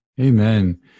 Amen